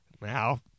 Now